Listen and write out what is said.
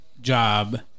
job